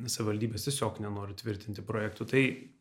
savivaldybės tiesiog nenori tvirtinti projektų tai